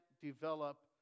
develop